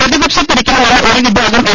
പ്രതിപക്ഷത്തിരിക്കണ മെന്ന് ഒരുവിഭാഗം എം